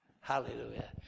Hallelujah